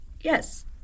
Yes